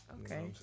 okay